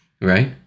right